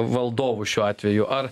valdovu šiuo atveju ar